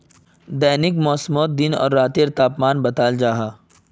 दैनिक मौसमोत दिन आर रातेर तापमानो बताल जाहा